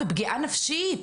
מבחינה נפשית,